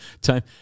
Time